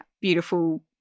beautiful